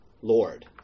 Lord